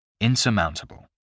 Insurmountable